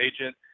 agent